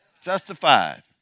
justified